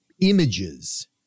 images